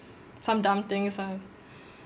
some dumb things ah